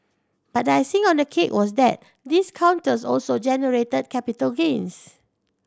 but icing on the cake was that these counters also generated capital gains